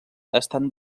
estan